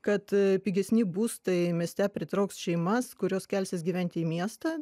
kad pigesni būstai mieste pritrauks šeimas kurios kelsis gyventi į miestą